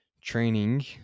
training